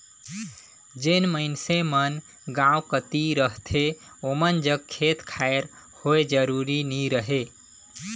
जेन मइनसे मन गाँव कती रहथें ओमन जग खेत खाएर होए जरूरी नी रहें